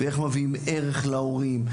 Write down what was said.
ואיך מביאים ערך להורים.